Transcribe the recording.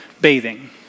bathing